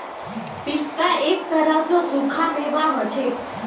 पिस्ता एक तरह स सूखा मेवा हछेक